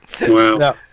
Wow